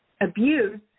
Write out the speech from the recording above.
abuse